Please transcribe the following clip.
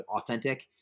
authentic